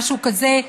משהו כזה,